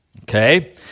okay